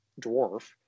dwarf